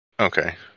Okay